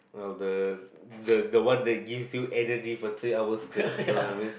!wow! the the the one that gives you energy for three hours straight you know what I mean